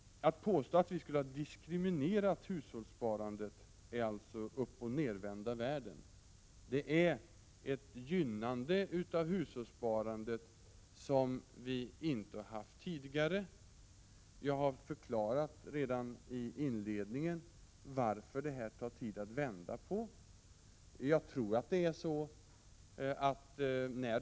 Att påstå att vi skulle ha diskriminerat hushållssparandet är uppoch nervända världen. Detta är ett gynnande av hushållssparandet som vi inte har haft tidigare. Jag har redan i inledningen förklarat varför det tar tid att vända på det hela.